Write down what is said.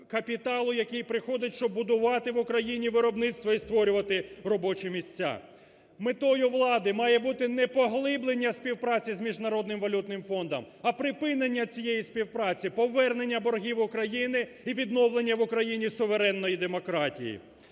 який приходить, щоб будувати в Україні виробництво і створювати робочі місця. Метою влади має бути не поглиблення співпраці з Міжнародним валютним фондом, а припинення цієї співпраці, повернення боргів України і відновлення в Україні суверенної демократії.